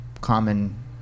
Common